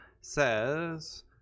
Says